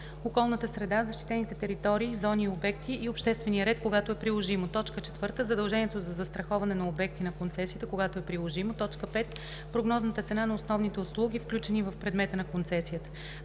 околната среда, защитените територии, зони и обекти и обществения ред, когато е приложимо; 4. задълженията за застраховане на обекта на концесията, когато е приложимо. 5. прогнозната цена на основните услуги, включени в предмета на концесията.